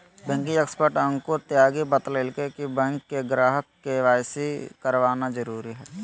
banking expert Ankur Tyagi बतयलकय कि bank के ग्राहक के.वाई.सी करवाना जरुरी हइ